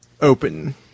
open